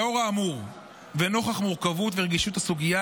לאור האמור ונוכח המורכבות ורגישות הסוגיה,